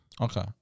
Okay